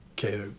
okay